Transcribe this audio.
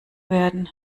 werden